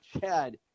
Chad